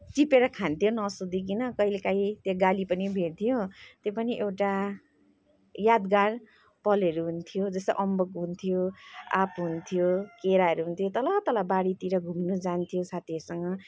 टिपेर खान्थ्यौँ नसोधिकन कहिलेकाहीँ त्यहाँ गाली पनि भेट्थ्यौँ त्यो पनि एउटा यादगार पलहरू हुन्थ्यो जस्तो अम्बक हुन्थ्यो आँप हुन्थ्यो केराहरू हुन्थ्यो तल तल बारीतिर घुम्नु जान्थ्यौँ साथीहरूसँग